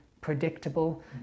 predictable